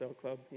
Club